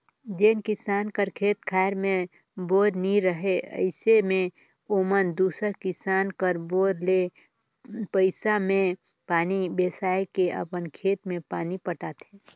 जेन किसान कर खेत खाएर मे बोर नी रहें अइसे मे ओमन दूसर किसान कर बोर ले पइसा मे पानी बेसाए के अपन खेत मे पानी पटाथे